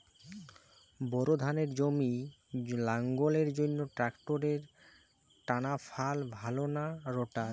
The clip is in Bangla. বোর ধানের জমি লাঙ্গলের জন্য ট্রাকটারের টানাফাল ভালো না রোটার?